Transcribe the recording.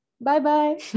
Bye-bye